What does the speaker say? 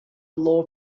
law